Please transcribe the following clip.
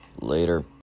later